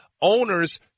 owners